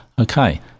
Okay